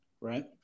right